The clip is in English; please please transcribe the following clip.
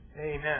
Amen